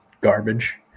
garbage